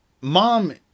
mom